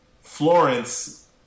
Florence